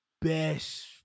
best